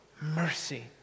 Mercy